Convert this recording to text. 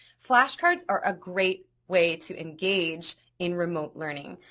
flashcards are a great way to engage in remote learning.